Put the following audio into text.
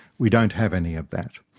we don't have any of that.